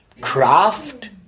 craft